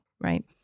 right